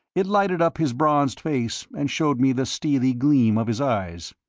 it lighted up his bronzed face and showed me the steely gleam of his eyes.